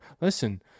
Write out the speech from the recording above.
Listen